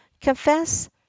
confess